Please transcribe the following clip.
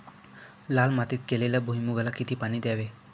लाल मातीत केलेल्या भुईमूगाला किती पाणी द्यावे?